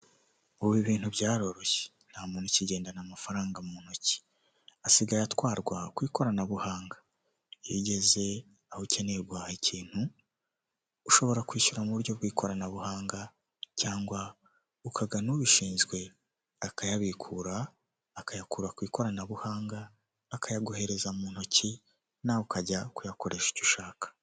Ubu ibintu byaroroshye nta muntu ukigendana amafaranga mu ntoki, asigaye atwarwa ku ikoranabuhanga, iyo ugeze aho ukeneye guhaha ikintu ushobora kwishyura mu buryo bw'ikoranabuhanga cyangwa ukagana ubishinzwe akayabikura, akayakura ku ikoranabuhanga akayaguhereza mu ntoki nawe ukajya kuyakoresha icyo ushaka.